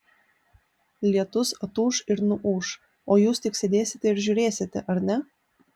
lietus atūš ir nuūš o jūs tik sėdėsite ir žiūrėsite ar ne